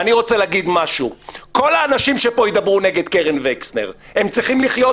ואני רוצה להגיד משהו: כל האנשים שפה ידברו נגד קרן וקסנר צריכים לחיות